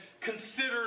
consider